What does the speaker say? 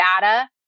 data